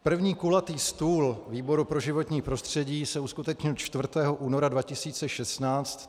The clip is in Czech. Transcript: První kulatý stůl výboru pro životní prostředí se uskutečnil 4. února 2016.